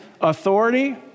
authority